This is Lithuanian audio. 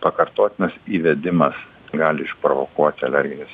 pakartotinas įvedimas gali išprovokuoti alergines